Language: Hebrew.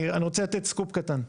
אני רוצה לתת סקופ קטן: